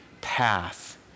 path